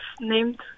named